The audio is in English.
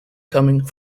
coming